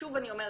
ושוב אני אומרת,